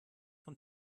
von